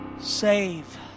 Save